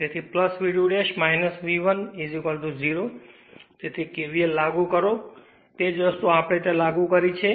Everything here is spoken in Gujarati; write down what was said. તેથી V2 V 1 0 છે તેથી KVL લાગુ કરો તે જ વસ્તુ આપણે ત્યાં લાગુ કરી છે